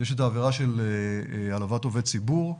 יש את העבירה של העלבת עובד ציבור,